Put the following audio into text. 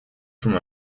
from